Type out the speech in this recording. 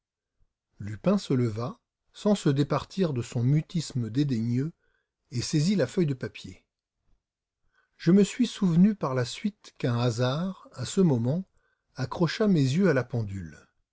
lupin se leva sans se départir de son mutisme dédaigneux et saisit la feuille de papier je me suis souvenu par la suite qu'un hasard à ce moment accrocha mes yeux à la pendule